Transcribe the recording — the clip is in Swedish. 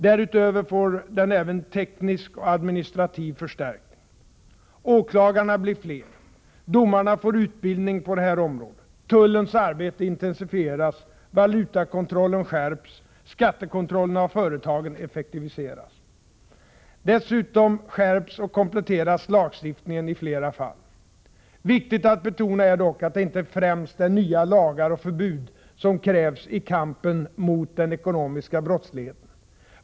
Därutöver får den även teknisk och administrativ förstärkning, — åklagarna blir fler, — domarna får utbildning på det här området, Dessutom skärps och kompletteras lagstiftningen i flera fall. Viktigt att betona är dock att det inte främst är nya lagar och förbud som krävs i kampen mot den ekonomiska brottsligheten.